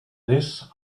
this